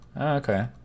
okay